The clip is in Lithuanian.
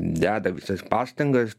deda visas pastangas